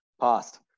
past